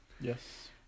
Yes